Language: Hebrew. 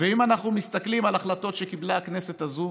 ואם אנחנו מסתכלים על החלטות שקיבלה הכנסת הזאת,